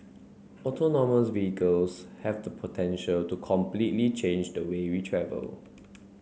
autonomous vehicles have the potential to completely change the way we travel